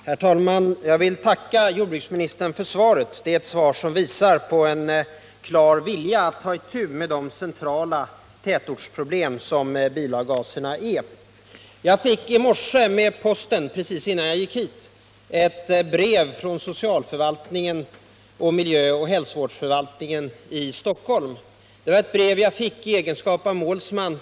Herr talman! Jag vill tacka jordbruksministern för svaret. Det är ett svar som visar en klar vilja att ta itu med de centrala tätortsproblem som bilavgaserna medför. Just innan jag gick hit till riksdagen i morse fick jag med posten ett brev från socialförvaltningen och miljöoch hälsovårdsförvaltningen i Stockholm — vi bor i Stockholms innerstad.